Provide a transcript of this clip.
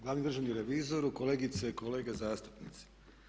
Glavni državni revizoru, kolegice i kolege zastupnici.